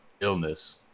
illness